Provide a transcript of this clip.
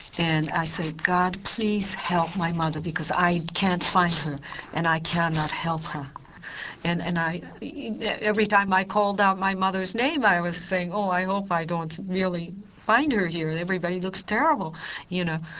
and i say, god, please help my mother, because i can't find her and i cannot help her and and yeah every time i called out my mother's name, i was saying, oh, i hope i don't really find her here. everybody looks terrible you know.